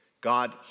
God